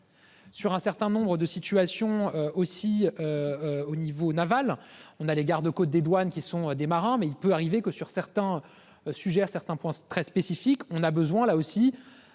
Sur un certain nombre de situations aussi. Au niveau Naval. On a les garde-côtes des douanes qui sont des marins, mais il peut arriver que sur certains sujets à certains points très spécifique. On a besoin là aussi